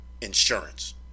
insurance